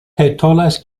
petolas